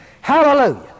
Hallelujah